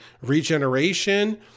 regeneration